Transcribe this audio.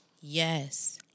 Yes